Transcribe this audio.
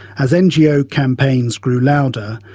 as ngo campaigns grew louder,